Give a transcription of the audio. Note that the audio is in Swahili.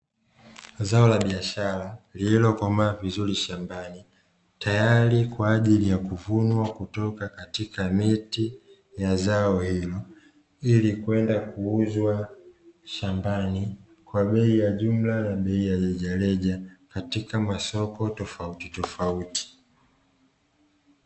Zao la biashara lililokomaa vizuri shambani tayari kwa ajili ya kuvunwa kutoka katika miti ya zao hilo, ili kwenda kuuzwa shambani kwa bei ya jumla na bei ya rejareja katika masoko tofauti tofauti.